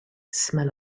smell